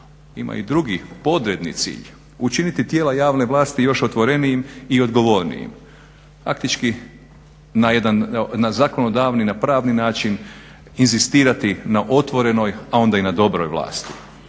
Ima i drugi podredni cilj – učiniti tijela javne vlasti još otvorenijim i odgovornijim na zakonodavni, na pravni način inzistirati na otvorenoj, a onda i na dobroj vlasti.